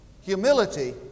Humility